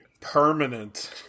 permanent